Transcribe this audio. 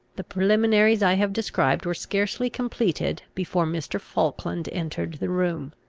the preliminaries i have described were scarcely completed, before mr. falkland entered the room.